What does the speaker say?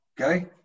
Okay